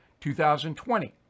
2020